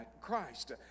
Christ